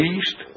East